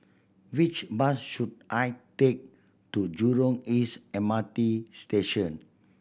which bus should I take to Jurong East M R T Station